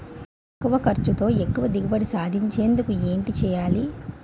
తక్కువ ఖర్చుతో ఎక్కువ దిగుబడి సాధించేందుకు ఏంటి చేయాలి?